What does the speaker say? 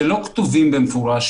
שלא כתובים במפורש